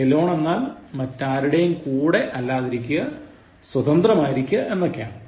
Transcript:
Alone എന്നാൽ മറ്റാരുടെയും കൂടെ അല്ലാതിരിക്കുക സ്വതന്ത്രമായിരിക്കുക എന്നൊക്കെയാണ്